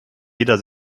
jeder